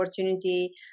opportunity